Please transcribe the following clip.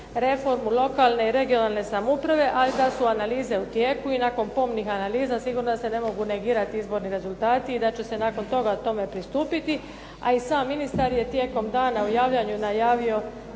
reformu lokalne i regionalne samouprave, a da su analize u tijeku. I nakon kobnih analiza sigurno se ne mogu negirati izborni rezultati i da će se nakon toga tome pristupiti. A i sam ministar je tijekom dana u javljanju najavio